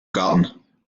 garten